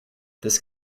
this